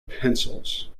pencils